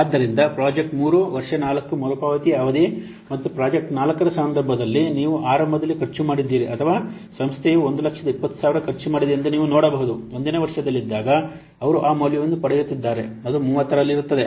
ಆದ್ದರಿಂದ ಪ್ರಾಜೆಕ್ಟ್ 3 ವರ್ಷ 4 ಮರುಪಾವತಿಯ ಅವಧಿ ಮತ್ತು ಪ್ರಾಜೆಕ್ಟ್ 4 ರ ಸಂದರ್ಭದಲ್ಲಿ ನೀವು ಆರಂಭದಲ್ಲಿ ಖರ್ಚು ಮಾಡಿದ್ದೀರಿ ಅಥವಾ ಸಂಸ್ಥೆಯು 120000 ಖರ್ಚು ಮಾಡಿದೆ ಎಂದು ನೀವು ನೋಡಬಹುದು 1 ನೇ ವರ್ಷದಲ್ಲಿದ್ದಾಗ ಅವರು ಆ ಮೌಲ್ಯವನ್ನು ಪಡೆಯುತ್ತಿದ್ದಾರೆ ಅದು 30 ರಲ್ಲಿರುತ್ತದೆ